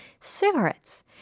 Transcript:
cigarettes